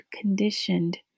conditioned